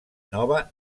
nova